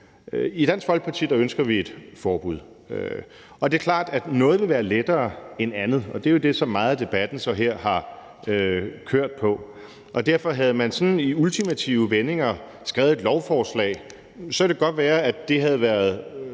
I Dansk Folkeparti ønsker vi et forbud. Det er klart, at noget vil være lettere end andet, og det er jo det, som meget af debatten her så har kørt på, og derfor, hvis man i sådan ultimative vendinger havde skrevet et lovforslag, kan det godt være, at det havde været